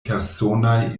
personaj